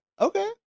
Okay